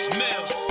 Smells